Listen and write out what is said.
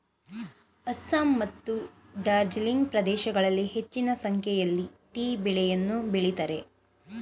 ಅಸ್ಸಾಂ ಮತ್ತು ಡಾರ್ಜಿಲಿಂಗ್ ಪ್ರದೇಶಗಳಲ್ಲಿ ಹೆಚ್ಚಿನ ಸಂಖ್ಯೆಯಲ್ಲಿ ಟೀ ಬೆಳೆಯನ್ನು ಬೆಳಿತರೆ